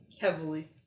Heavily